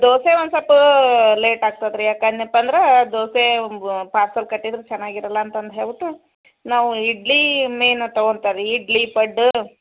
ದೋಸೆ ಒಂದು ಸ್ವಲ್ಪ ಲೇಟ್ ಆಕ್ತದೆ ರೀ ಯಾಕೆಂದ್ನೆಪ್ಪ ಅಂದ್ರೆ ದೋಸೆ ಪಾರ್ಸೆಲ್ ಕಟ್ಟಿದ್ರೆ ಚೆನ್ನಾಗಿರಲ್ಲ ಅಂತಂದು ಹೇಳ್ಬಿಟ್ಟು ನಾವು ಇಡ್ಲಿ ಮೇನ್ ತೊಗೊಂತಾರಿ ಇಡ್ಲಿ ಪಡ್ಡು